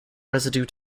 residue